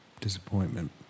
disappointment